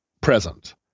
present